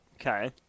Okay